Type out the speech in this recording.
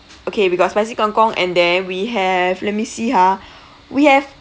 okay we got spicy kangkong and then we have let me see ha we have